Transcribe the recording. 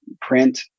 print